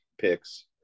picks